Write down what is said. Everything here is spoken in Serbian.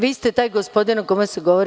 Vi ste taj gospodin o kome se govori.